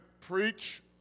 preach